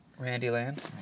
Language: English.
Randyland